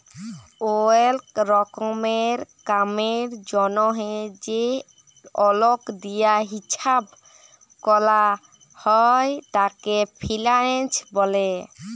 ওলেক রকমের কামের জনহে যে অল্ক দিয়া হিচ্চাব ক্যরা হ্যয় তাকে ফিন্যান্স ব্যলে